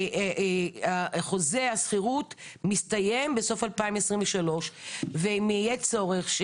שחוזה השכירות מסתיים בסוף 2023. ואם יהיה צורך,